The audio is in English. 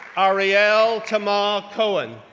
ariel tamar cohen,